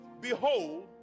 behold